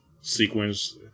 sequence